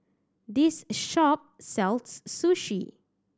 this shop sells Sushi